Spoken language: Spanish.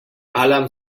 alan